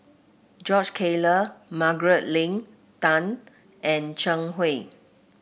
George Collyer Margaret Leng Tan and Zhang Hui